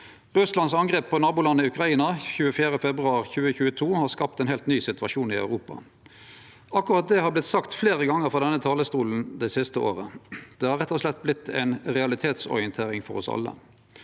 Russlands angrep på nabolandet Ukraina 24. februar 2022 har skapt ein heilt ny situasjon i Europa. Akkurat det har vorte sagt fleire gonger frå denne talarstolen det siste året. Det har rett og slett vorte ei realitetsorientering for oss alle.